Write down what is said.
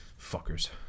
Fuckers